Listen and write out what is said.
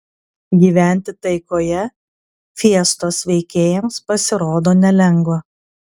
gyventi taikoje fiestos veikėjams pasirodo nelengva